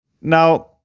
Now